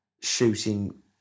shooting